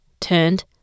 turned